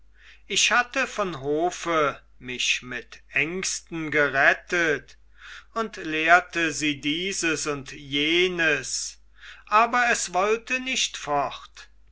ich hatte von hofe mich mit ängsten gerettet und lehrte sie dieses und jenes aber es wollte nicht fort